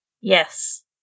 Yes